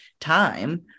time